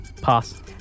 Pass